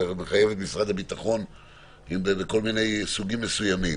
ומחייב את משרד הביטחון לכל מיני סוגים מסוימים.